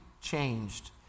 changed